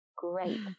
Great